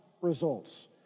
results